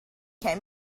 can